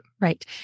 Right